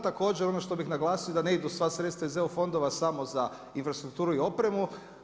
Također ono što bih naglasio da ne idu sva sredstva iz EU fondova samo za infrastrukturu i opremu.